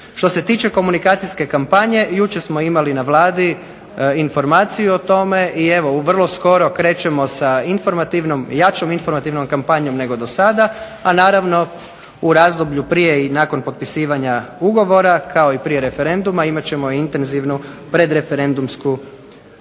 Što se tiče komunikacijske kampanje, jučer smo imali na Vladi informaciju o tome i evo u vrlo skoro krećemo sa jačom informativnom kampanjom nego do sada, a naravno u razdoblju prije i nakon potpisivanja ugovora kao i prije referenduma imat ćemo intenzivnu predreferendumsku kampanju.